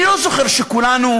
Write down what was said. אני לא זוכר שכולנו